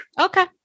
Okay